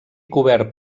cobert